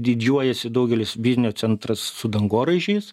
didžiuojasi daugelis biznio centras su dangoraižiais